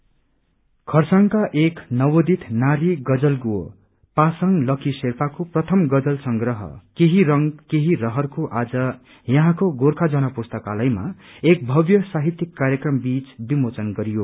lunch खरसाङका एक नवोदित नारी गजलगो पासाङ लक्की शेर्पाको प्रथम गजल संग्रह केही रंग केही रहरको आज यहाँको गोर्खा जन पुस्तकालयमा एक भव्य साहित्यिक कार्यक्रम बीच विमोचन गरियो